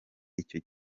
icyo